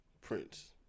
Prince